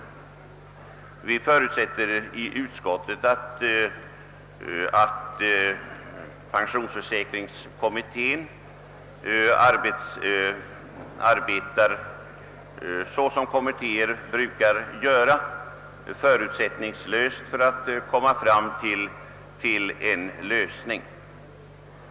Inom utskottet förutsätter vi att pensionsförsäkringskommittén, såsom kommittéer brukar göra, arbetar förutsättningslöst för att komma fram till rimliga resultat.